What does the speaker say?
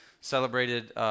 celebrated